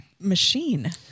machine